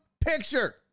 picture